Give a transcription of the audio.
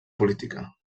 política